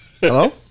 Hello